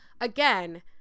Again